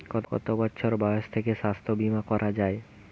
কত বছর বয়স থেকে স্বাস্থ্যবীমা করা য়ায়?